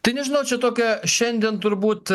tai nežinau čia tokia šiandien turbūt